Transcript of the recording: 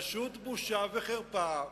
פשוט בושה וחרפה.